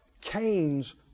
Cain's